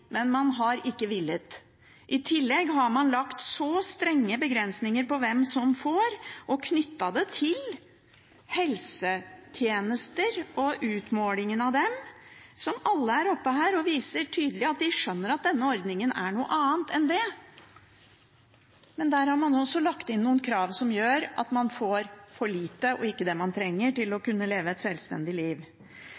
men man har ikke villet. I tillegg har man lagt så strenge begrensninger på hvem som får, og knyttet det til helsetjenester og utmålingen av dem. Alle som er oppe her, viser tydelig at de skjønner at denne ordningen er noe annet enn det. Men der har man lagt inn noen krav som gjør at en får for lite, og ikke det en trenger for å